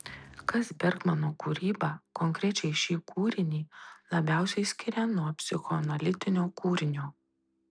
kas bergmano kūrybą konkrečiai šį kūrinį labiausiai skiria nuo psichoanalitinio kūrinio